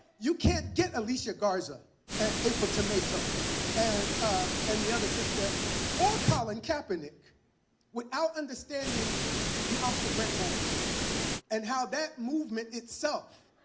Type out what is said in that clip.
you can't get alicia garza and april tomato and and the other sister or colin kaepernick without understanding the oscar grant moment and how that movement itself,